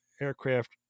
aircraft